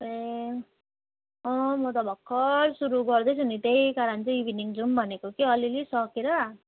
ए अँ म त भर्खर सुरु गर्दैछु नि त्यही कारण चाहिँ इभिनिङ जाऔँ भनेको के अलिअलि सकेर